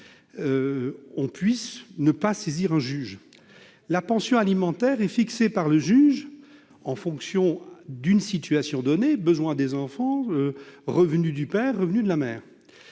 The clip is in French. d'une pension alimentaire. La pension alimentaire est fixée par le juge en fonction d'une situation donnée- besoins des enfants, revenus du père et de la mère.